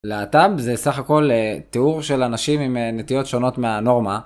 להט"ב זה סך הכל תיאור של אנשים עם נטיות שונות מהנורמה.